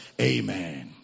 Amen